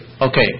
okay